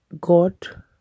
God